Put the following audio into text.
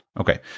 Okay